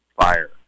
fire